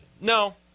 No